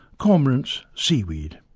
cormorants seaweed.